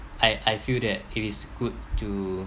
I I feel that it is good to